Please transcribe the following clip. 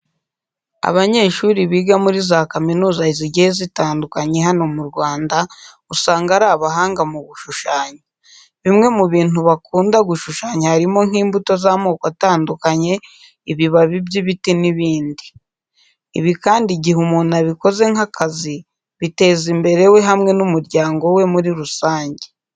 Abanyeshuri biga muri za kaminuza zigiye zitandukanye hano mu Rwanda usanga ari abahanga mu gushushanya. Bimwe mu bintu bakunda gushushanya harimo nk'imbuto z'amoko atandukanye, ibibabi by'ibiti n'ibindi. Ibi kandi igihe umuntu abikoze nk'akazi biteza imbere we hamwe n'umuryango we muri rusange.